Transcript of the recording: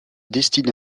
destine